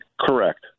Correct